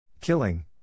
Killing